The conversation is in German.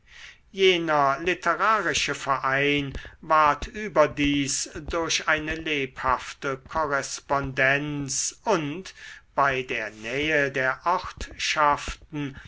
jener literarische verein ward überdies durch eine lebhafte korrespondenz und bei der nähe der